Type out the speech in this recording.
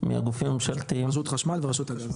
מהגופים הממשלתיים --- רשות חשמל ורשות הגז.